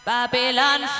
Babylon